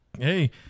hey